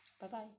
Bye-bye